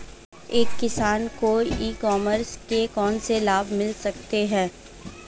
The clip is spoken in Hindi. एक किसान को ई कॉमर्स के कौनसे लाभ मिल सकते हैं?